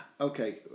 Okay